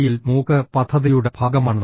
L മൂക്ക് പദ്ധതിയുടെ ഭാഗമാണ്